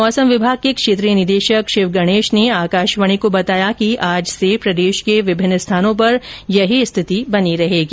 मौसम विभाग के क्षेत्रीय निदेशक शिव गणेश ने आकाशवाणी को बताया कि आज से प्रदेश के विभिन्न स्थानों पर यह स्थिति बनी रहेगी